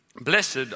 Blessed